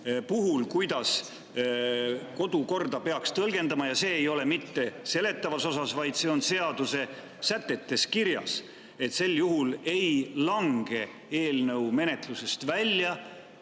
puhul, kuidas kodukorda peaks tõlgendama. Ja see ei ole mitte seletavas osas, vaid see on seaduse sätetes kirjas, et sel juhul ei lange eelnõu menetlusest välja,